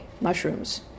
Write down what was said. mushrooms